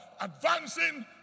Advancing